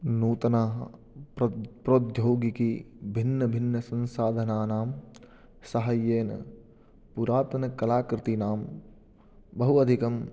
नूतनाः प्रौद्योगिकभिन्नभिन्नसंसाधनानां साहाय्येन पुरातनकलाकृतीनां बहु अधिकं